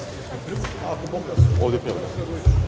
Hvala